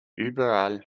überall